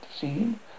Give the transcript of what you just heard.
seen